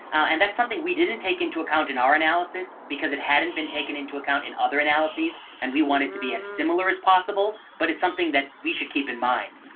and that's something we didn't take into account in our analysis because it hadn't been taken into account in other analyses and we wanted to be as similar as possible, but it's something that we should keep in mind.